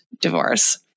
divorce